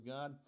God